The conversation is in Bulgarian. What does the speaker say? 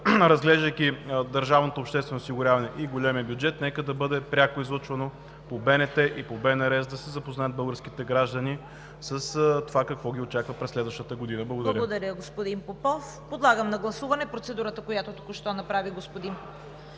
разглеждането на държавното обществено осигуряване и големия бюджет нека да бъде пряко излъчвано по БНТ и БНР, за да се запознаят българските граждани с това какво ги очаква през следващата година. Благодаря. ПРЕДСЕДАТЕЛ ЦВЕТА КАРАЯНЧЕВА: Благодаря, господин Попов. Подлагам на гласуване процедурата, която току-що направи господин Попов,